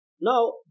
Now